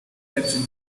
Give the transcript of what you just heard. attention